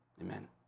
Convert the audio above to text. Amen